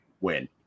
win